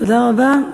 תודה רבה.